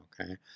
Okay